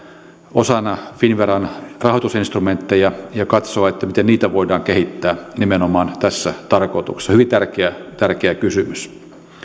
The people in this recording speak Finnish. osana finnveran rahoitusinstrumentteja ja katsoa miten niitä voidaan kehittää nimenomaan tässä tarkoituksessa hyvin tärkeä tärkeä kysymys